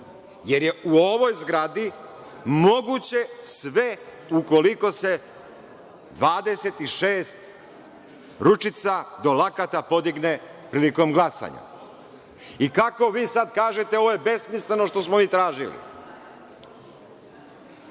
jer je u ovoj zgradi moguće sve ukoliko se 26 ručica do lakata podigne prilikom glasanja. Kako vi sad kažete, ovo je besmisleno što smo mi tražili?